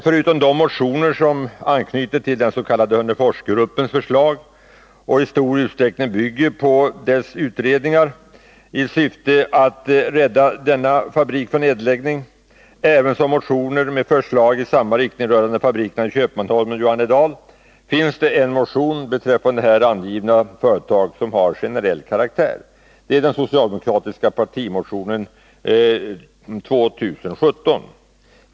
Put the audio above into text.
Förutom de motioner som anknyter till den s.k. Hörneforsgruppens förslag och som i stor utsträckning bygger på gruppens utredning i syfte att rädda fabriken i Hörnefors, ävensom motioner med förslag i samma riktning rörande fabrikerna i Köpmanholmen och Johannedal, finns det en motion beträffande här angivna företag som har generell karaktär. Det är den socialdemokratiska partimotionen 2017.